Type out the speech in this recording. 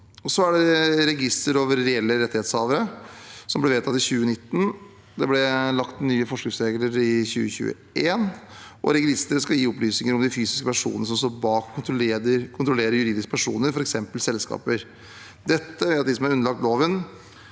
Så er det registeret over reelle rettighetshavere, som ble vedtatt i 2019. Det ble laget nye forskriftsregler i 2021, og registeret skal gi opplysninger om de fysiske personene som står bak og kontrollerer juridiske personer, f.eks. selskaper. Dette gjør at de som er underlagt loven,